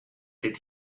did